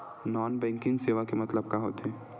Non banking सेवा के मतलब का होथे?